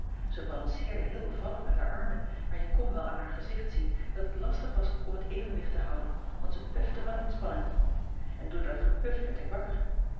ze balanceerde heel bevallig met haar armen maar je kon wel aan haar gezicht zien dat het lastig was om t evenwicht te houden want ze pufte van inspanning en door dat gepuf werd ik wakker